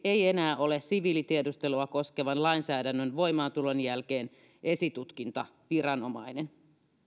ei enää ole siviilitiedustelua koskevan lainsäädännön voimaantulon jälkeen esitutkintaviranomainen